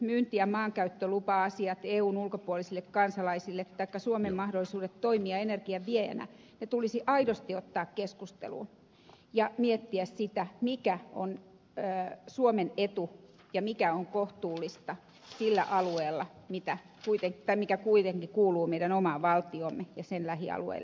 myynti ja maankäyttölupa asiat eun ulkopuolisille kansalaisille taikka suomen mahdollisuudet toimia energian viejänä tulisi aidosti ottaa keskusteluun ja miettiä sitä mikä on suomen etu ja mikä on kohtuullista sillä alueella mikä kuitenkin kuuluu meidän omaan valtioomme ja sen lähialueille